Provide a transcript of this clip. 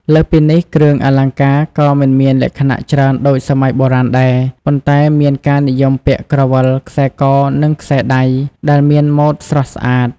លើសពីនេះ គ្រឿងអលង្ការក៏មិនមានលក្ខណៈច្រើនដូចសម័យបុរាណដែរ ប៉ុន្តែមានការនិយមពាក់ ក្រវិល ខ្សែក និងខ្សែដៃ ដែលមានម៉ូដស្រស់ស្អាត។